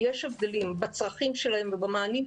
יש הבדלים בצרכים שלהם ובמענים.